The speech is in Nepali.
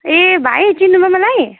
ए भाइ चिन्नुभयो मलाई